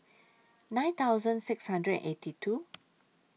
nine thousand six hundred and eighty two